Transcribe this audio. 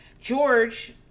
george